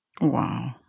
Wow